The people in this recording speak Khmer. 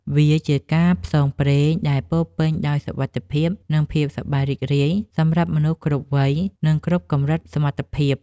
វាជាការផ្សងព្រេងដែលពោរពេញដោយសុវត្ថិភាព និងភាពសប្បាយរីករាយ សម្រាប់មនុស្សគ្រប់វ័យ និងគ្រប់កម្រិតសមត្ថភាព។